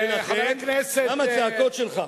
חבר הכנסת, גם הצעקות שלך,